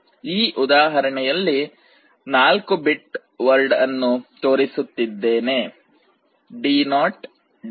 ಈ ಉದಾಹರಣೆಯಲ್ಲಿ 4 bit word ಅನ್ನು ತೋರಿಸುತ್ತಿದ್ದೇನೆ D0 D1 D2 D3